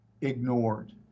ignored